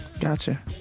Gotcha